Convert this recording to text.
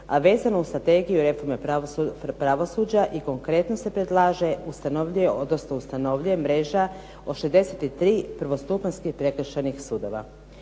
a vezano uz strategiju reforme pravosuđa i konkretno se predlaže, odnosno ustanovljuje mreža od 63 prvostupanjskih prekršajnih sudova.